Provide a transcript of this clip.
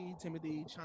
Timothy